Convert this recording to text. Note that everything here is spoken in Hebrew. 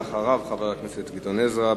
אחריו, חבר הכנסת גדעון עזרא.